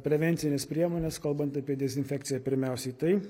prevencines priemones kalbant apie dezinfekciją pirmiausiai tai